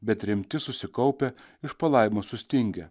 bet rimti susikaupę iš palaimos sustingę